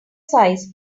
size